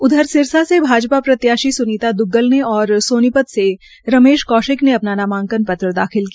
उधर सिरसा से भाजपा प्रत्याशी सुनिता दुग्गल ने और सोनीपत से रमेश कौशिक ने अपना नामांकन पत्र दाखिल किया